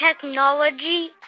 technology